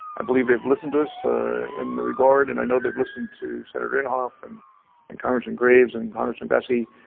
i believe they've listened to us in the regard, and i know they've listened to senator inhofe, and and congressman graves and congressman massie,